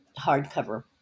hardcover